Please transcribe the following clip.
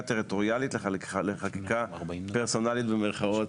טריטוריאלית לחקיקה פרסונלית במרכאות,